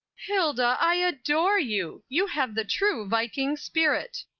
hilda, i adore you! you have the true viking spirit.